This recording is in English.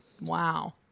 Wow